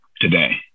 today